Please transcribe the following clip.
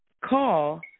call